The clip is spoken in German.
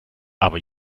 aber